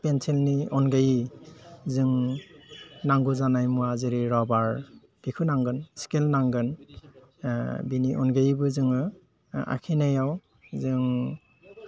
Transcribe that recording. पेन्सिलनि अनगायै जों नांगौ जानाय मुवा जेरै रबार बेखौ नांगोन सिखेल नांगोन बेनि अनगायैबो जोङो आखिनायाव जों